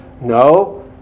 No